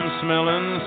smelling